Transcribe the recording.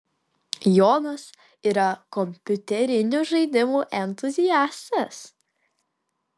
jonas yra kompiuterinių žaidimų entuziastas